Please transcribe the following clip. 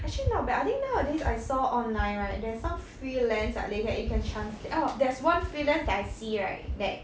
actually not bad I think nowadays I saw online right there's some freelance lah they can you can translate orh there's one freelance that I see right that